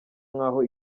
nk’aho